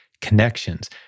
Connections